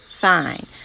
fine